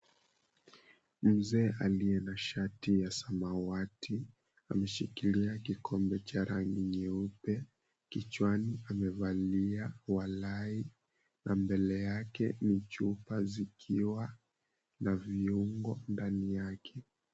Mzee aliye na shati ya samawati, ameshikilia kikombe cha rangi nyeupe kichwani amevalia walai na mbele yake ni chupa zikiwa na viungo ndani yake.